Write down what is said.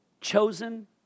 chosen